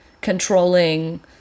controlling